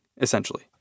essentially